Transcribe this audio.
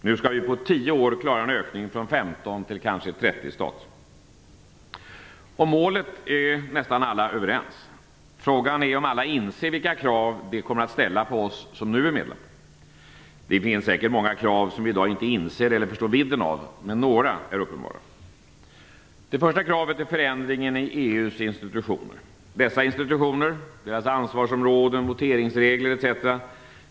Nu skall vi på 10 år klara en ökning från 15 till kanske 30 stater. Nästan alla är överens om målet. Frågan är om alla inser vilka krav det kommer att ställa på oss som nu är medlemmar. Det finns säkert många krav som vi i dag inte inser eller förstår vidden av, men några är uppenbara. Det första kravet är förändringen i EU:s institutioner. Dessa institutioner, deras ansvarsområden, voteringsregler etc.